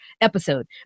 episode